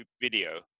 video